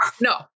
No